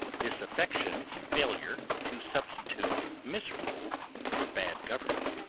disaffection's failure to substitute misrule for bad government.